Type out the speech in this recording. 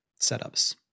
setups